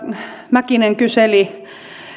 mäkipää kyseli